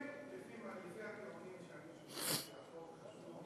לפי הטיעונים שאני שומע,